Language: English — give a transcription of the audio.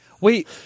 Wait